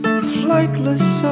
flightless